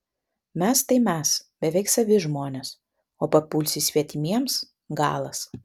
mes tai mes beveik savi žmonės o papulsi svetimiems galas